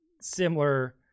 similar